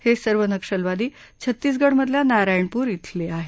हे सर्व नक्षलवादी छत्तीगडमधल्या नारायणपूर अले आहेत